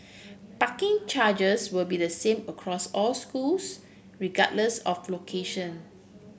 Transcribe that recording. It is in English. parking charges will be the same across all schools regardless of location